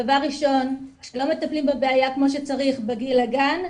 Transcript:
דבר ראשון כשלא מטפלים בבעיה כמו שצריך בגיל הגן,